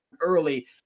early